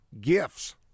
gifts